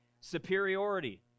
Superiority